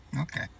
Okay